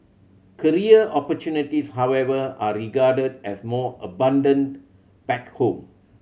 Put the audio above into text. career opportunities however are regarded as more abundant back home